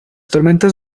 tormentas